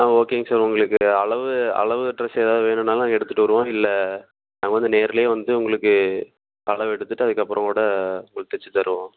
ஆ ஓகேங்க சார் உங்களுக்கு அளவு அளவு ட்ரெஸ் எதாவது வேணுன்னாலும் நாங்கள் எடுத்துகிட்டு வருவோம் இல்லை நாங்கள் வந்து நேர்லையே வந்து உங்களுக்கு அளவெடுத்துவிட்டு அதற்கப்பறம் கூட உங்களுக்கு தச்சு தருவோம்